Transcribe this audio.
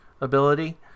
ability